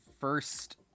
first